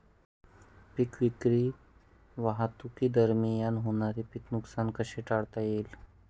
पीक विक्री वाहतुकीदरम्यान होणारे पीक नुकसान कसे टाळता येईल?